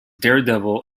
daredevil